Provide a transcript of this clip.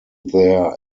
their